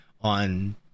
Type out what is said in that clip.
on